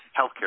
healthcare